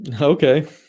Okay